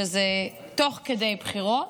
שזה תוך כדי בחירות,